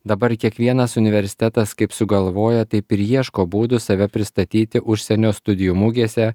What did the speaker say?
dabar kiekvienas universitetas kaip sugalvoja taip ir ieško būdų save pristatyti užsienio studijų mugėse